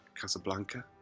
Casablanca